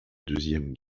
deuxième